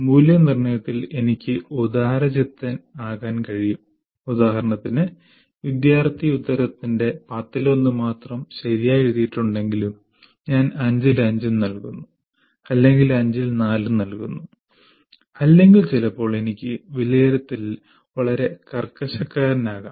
മൂല്യനിർണ്ണയത്തിൽ എനിക്ക് ഉദാരചിത്തൻ ആകാൻ കഴിയും ഉദാഹരണത്തിന് വിദ്യാർത്ഥി ഉത്തരത്തിന്റെ പത്തിലൊന്ന് മാത്രം ശരിയായി എഴുതിയിട്ടുണ്ടെങ്കിലും ഞാൻ 5 ൽ 5 ഉം നൽകുന്നു അല്ലെങ്കിൽ 5 ൽ 4 നൽകുന്നു അല്ലെങ്കിൽ ചിലപ്പോൾ എനിക്ക് വിലയിരുത്തലിൽ വളരെ കർക്കശക്കാരൻ ആകാം